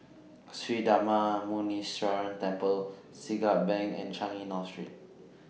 Sri Darma Muneeswaran Temple Siglap Bank and Changi North Street